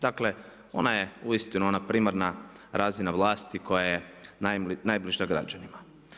Dakle, ona je uistinu ona primarna razina vlasti koja je najbliža građanima.